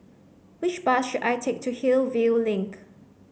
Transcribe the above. which bus should I take to Hillview Link